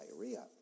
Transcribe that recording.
diarrhea